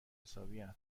حسابین